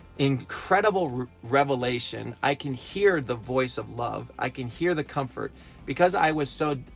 incredible revelation, i can hear the voice of love, i can hear the comfort because i was so